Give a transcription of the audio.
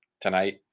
tonight